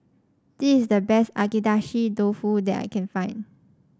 this is the best Agedashi Dofu that I can find